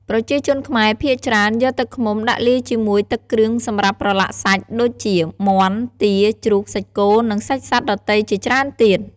ប្រជាជនខ្មែរភាគច្រើន យកទឹកឃ្មុំដាក់លាយជាមួយទឹកគ្រឿងសម្រាប់ប្រឡាក់សាច់ដូចជាមាន់ ទា ជ្រូក សាច់គោរនិងសាច់សត្វដទៃជាច្រើនទៀត។